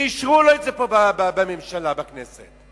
ואישרו לו את זה כאן בממשלה, בכנסת.